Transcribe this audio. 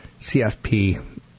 CFP